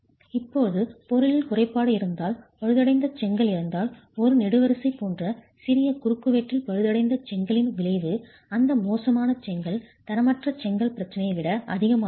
இப்போது பொருளில் குறைபாடு இருந்தால் பழுதடைந்த செங்கல் இருந்தால் ஒரு நெடுவரிசை போன்ற சிறிய குறுக்குவெட்டில் பழுதடைந்த செங்கலின் விளைவு அந்த மோசமான செங்கல் தரமற்ற செங்கல் பிரச்சனையை விட அதிகமாக இருக்கும்